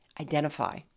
identify